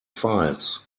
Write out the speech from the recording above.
files